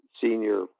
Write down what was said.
senior